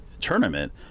tournament